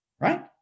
right